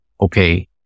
Okay